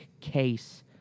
case